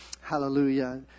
Hallelujah